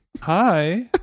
hi